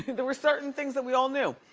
there were certain things that we all knew.